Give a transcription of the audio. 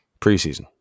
Preseason